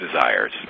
desires